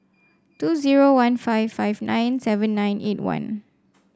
two zero one five five nine seven nine eight one